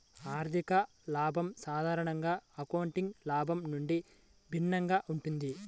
ఆర్థిక లాభం సాధారణంగా అకౌంటింగ్ లాభం నుండి భిన్నంగా ఉంటుంది